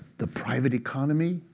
the private economy,